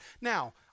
Now